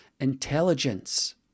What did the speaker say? intelligence